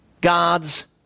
God's